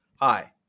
Hi